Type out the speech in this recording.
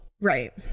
Right